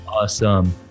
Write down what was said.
Awesome